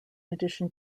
addition